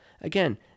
Again